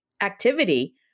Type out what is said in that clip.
activity